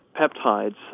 peptides